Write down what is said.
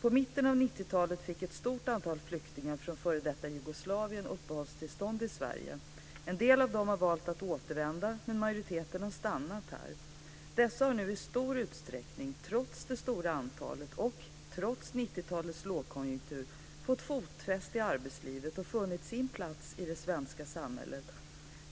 I mitten av 90-talet fick ett stort antal flyktingar från f.d. Jugoslavien uppehållstillstånd i Sverige. En del av dem har valt att återvända, men majoriteten har stannat här. Dessa har nu i stor utsträckning, trots det stora antalet och trots 1990-talets lågkonjunktur, fått fotfäste i arbetslivet och funnit sin plats i det svenska samhället.